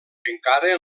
encara